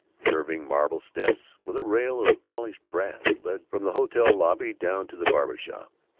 curving marble steps with a rail of polished brass led from the hotel-lobby down to the barber shop.